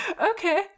okay